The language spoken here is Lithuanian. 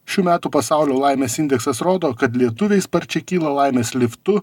šių metų pasaulio laimės indeksas rodo kad lietuviai sparčiai kyla laimės liftu